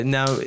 Now